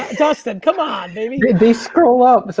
dustin, come on baby. they scroll up,